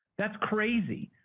that's crazy.